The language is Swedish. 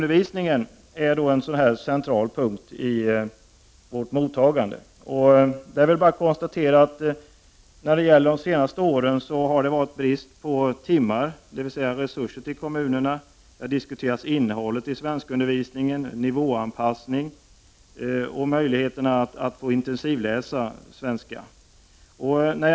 Undervisningen i svenska är en central punkt i vårt flyktingmottagande. Under de senaste åren har det rått brist på resurser för kommunerna. Innehållet i svenskundervisningen, nivåanpassning och möjligheterna att kunna intensivläsa svenska har diskuterats.